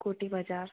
कोठी बाजार